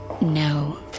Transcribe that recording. No